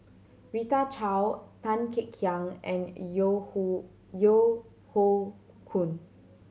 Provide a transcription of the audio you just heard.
Rita Chao Tan Kek Hiang and Yeo Hoe Yeo Hoe Koon